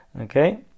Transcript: okay